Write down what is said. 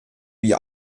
wie